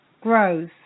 grows